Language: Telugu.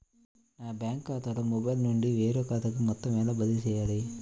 నా బ్యాంక్ ఖాతాలో మొబైల్ నుండి వేరే ఖాతాకి మొత్తం ఎలా బదిలీ చేయాలి?